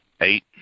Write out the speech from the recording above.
eight